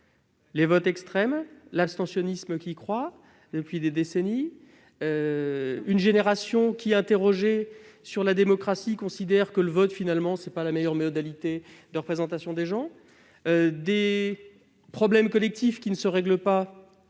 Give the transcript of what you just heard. les votes extrêmes, l'abstentionnisme qui croît depuis des décennies, une génération qui, quand on l'interroge sur la démocratie, considère que le vote n'est pas la meilleure modalité de représentation des gens, et des problèmes collectifs qui se règlent non